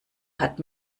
hat